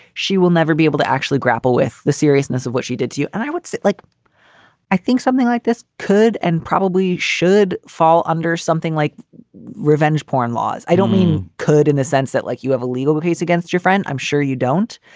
she will never be able to actually grapple with the seriousness of what she did to you. i would so like i think something like this could and probably should fall under something like revenge porn laws. i don't mean could in the sense that like you have a legal case against your friend. i'm sure you don't.